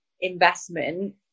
investment